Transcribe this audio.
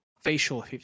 facial